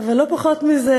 אבל לא פחות מזה,